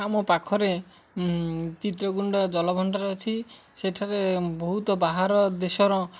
ଆମ ପାଖରେ ଚିତ୍ରକୋଣ୍ଡା ଜଲଭଣ୍ଡାର ଅଛି ସେଠାରେ ବହୁତ ବାହାର ଦେଶର